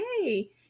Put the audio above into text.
hey